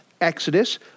Exodus